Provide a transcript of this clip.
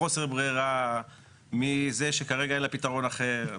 מחוסר ברירה, מזה שכרגע אין לה פתרון אחר.